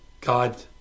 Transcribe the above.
God